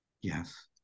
yes